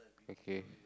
okay